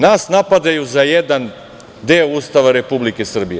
Nas napadaju za jedan deo Ustava Republike Srbije.